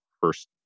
first